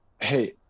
hey